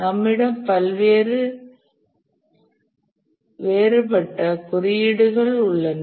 நம்மிடம் பல வேறுபட்ட குறியீடுகள் உள்ளன